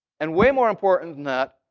and way more important than that,